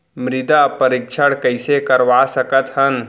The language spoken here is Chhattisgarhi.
मृदा परीक्षण कइसे करवा सकत हन?